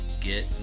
get